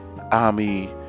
army